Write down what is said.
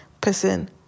person